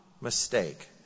mistake